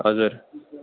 हजुर